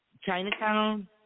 Chinatown